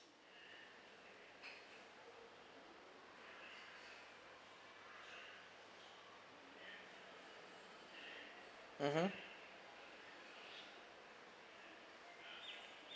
mmhmm